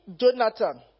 Jonathan